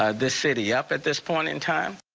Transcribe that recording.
ah the city up at this point in time.